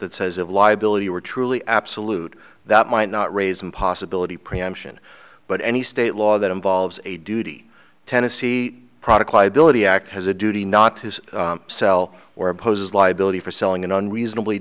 that says of liability were truly absolute that might not raise a possibility preemption but any state law that involves a duty tennessee product liability act has a duty not to sell or opposes liability for selling an unreasonably